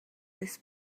this